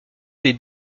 des